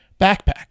backpack